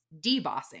debossing